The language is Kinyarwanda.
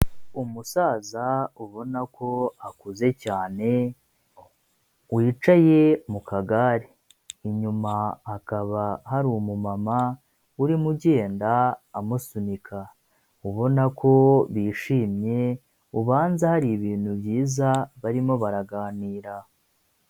Umusaza ubona ko akuze cyane wicaye mu kagare, inyuma hakaba hari umumama urimo ugenda amusunika, ubona ko bishimye ubanza hari ibintu byiza barimo baraganira.